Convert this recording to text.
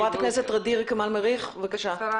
חברת הכנסת ע'דיר כמאל מריח, בבקשה.